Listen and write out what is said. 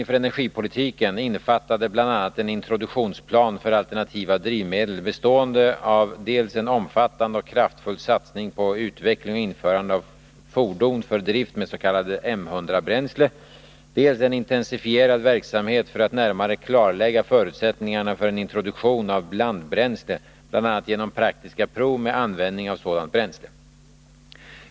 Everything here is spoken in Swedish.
F. n. pågår arbete i enlighet med denna introduktionsplan.